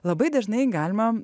labai dažnai galima